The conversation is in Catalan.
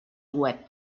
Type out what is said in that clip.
web